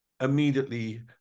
immediately